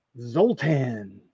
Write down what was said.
Zoltan